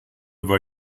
war